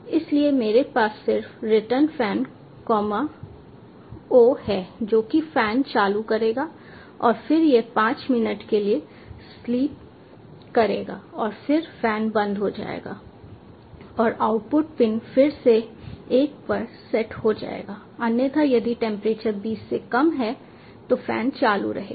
इसलिए मेरे पास सिर्फ रिटर्न फैन कॉमा 0 है जो कि फैन चालू करेगा और फिर यह 5 मिनट के लिए स्लीप करेगा और फिर फैन बंद हो जाएगा और आउटपुट पिन फिर से 1 पर सेट हो जाएगा अन्यथा यदि टेंपरेचर 20 से कम है तो फैन चालू रहेगा